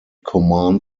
command